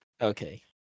okay